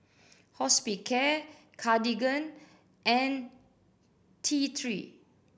Hospicare Cartigain and T Three